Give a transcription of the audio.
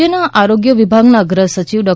રાજ્યના આરોગ્ય વિભાગના અગ્ર સચિવ ડો